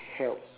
help